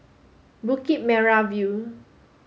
Bukit Merah View